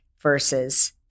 versus